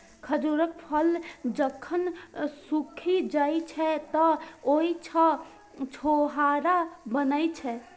खजूरक फल जखन सूखि जाइ छै, तं ओइ सं छोहाड़ा बनै छै